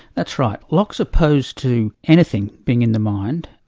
that's right. locke's opposed to anything being in the mind,